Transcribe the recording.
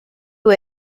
who